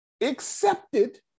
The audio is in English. Accepted